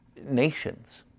nations